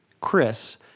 Chris